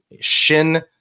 Shin